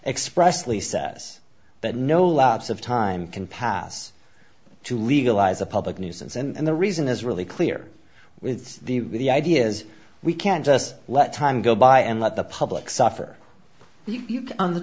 expressly says that no lapse of time can pass to legalize a public nuisance and the reason is really clear with the idea is we can't just let time go by and let the public suffer on the